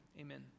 amen